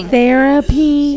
Therapy